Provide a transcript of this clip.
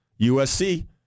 USC –